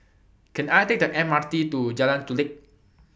Can I Take The M R T to Jalan Chulek